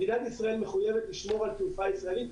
מדינת ישראל מחויבת לשמור על תעופה ישראלית.